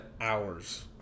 hours